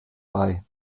bei